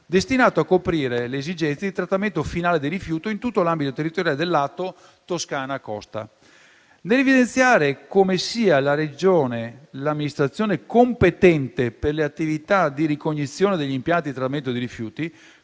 destinata a coprire le esigenze di trattamento finale dei rifiuti in tutto l'ambito territoriale dell'ATO Toscana-Costa. Nell'evidenziare come sia la Regione l'amministrazione competente per le attività di ricognizione degli impianti di trattamento dei rifiuti,